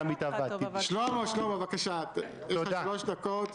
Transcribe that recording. אנחנו נתמוך -- עוד חצי דקה.